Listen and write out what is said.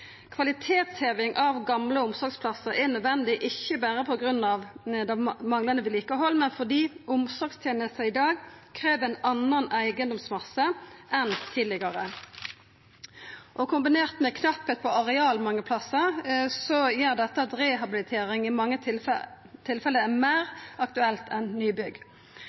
Kvalitetsheving av gamle omsorgsplassar er nødvendig, ikkje berre på grunn av manglande vedlikehald, men fordi omsorgstenester i dag krev ein annan eigedomsmasse enn tidlegare. Kombinert med knappleik på areal mange plassar gjer dette at rehabilitering i mange tilfelle er meir aktuelt enn nybygg.